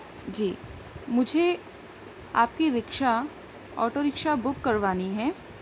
جی مجھے آپ کی رکشا آٹو رکشا بک کروانی ہے